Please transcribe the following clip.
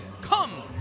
Come